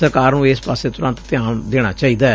ਸਰਕਾਰ ਨੂੰ ਇਸ ਪਾਸੇ ਤੁਰੰਤ ਧਿਆਨ ਦੇਣਾ ਚਾਹੀਦੈ